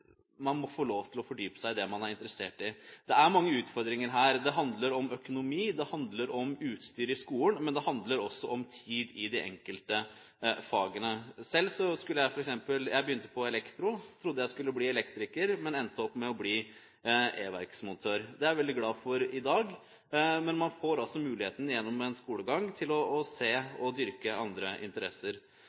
man må få lov til å fordype seg i det man er interessert i. Det er mange utfordringer her. Det handler om økonomi, det handler om utstyr i skolen, men det handler også om tid i de enkelte fagene. Selv begynte jeg på elektro, trodde jeg skulle bli elektriker, men endte opp med å bli everksmontør. Det er jeg veldig glad for i dag. Man får altså muligheten gjennom skolegang til å se og dyrke andre interesser.